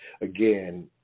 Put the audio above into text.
again